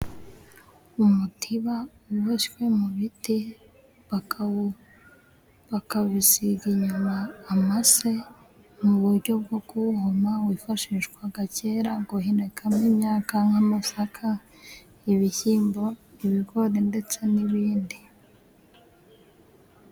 Umutiba uboshywe mu biti. Bakawusiga inyuma amase mu buryo bwo kuhoma, wifashishwaga kera muguhunikamo imyaka nk'amasaka, ibishyimbo, ibigori ndetse n'ibindi.